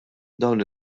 dawn